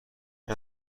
زیر